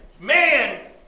Man